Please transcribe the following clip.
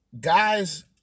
guys